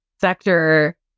sector